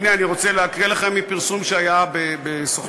הנה, אני רוצה להקריא לכם מפרסום שהיה ב"וואלה",